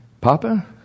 Papa